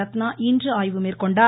ரத்னா இன்று ஆய்வு மேற்கொண்டார்